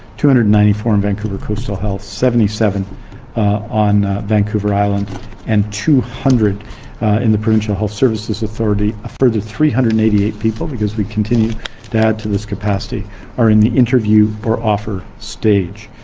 two hundred and ninety four in vancouver coastal health, seventy seven on vancouver island and two hundred in the provincial health services authority, a further three hundred and eighty eight people because we continue to add to this capacity are in the interview or offer stage.